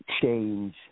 change